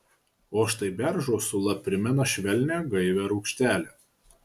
o štai beržo sula primena švelnią gaivią rūgštelę